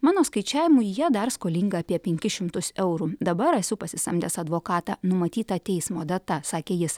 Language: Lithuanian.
mano skaičiavimu jie dar skolinga apie penkis šimtus eurų dabar esu pasisamdęs advokatą numatytą teismo data sakė jis